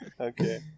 Okay